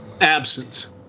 absence